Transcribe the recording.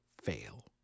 fail